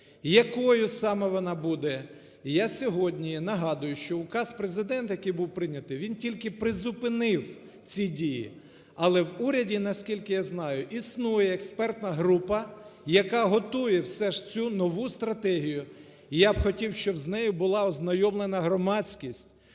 якою саме вона буде? І я сьогодні нагадую, що указ Президента, який був прийнятий, він тільки призупинив ці дії. Але в уряді, наскільки я знаю, існує експертна група, яка готує все ж цю нову стратегію. І я б хотів, щоб з нею була ознайомлена громадськість,